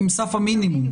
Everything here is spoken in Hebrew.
הן סף המינימום.